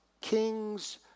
kings